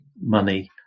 money